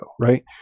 right